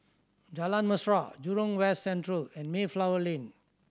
Jalan Mesra Jurong West Central and Mayflower Lane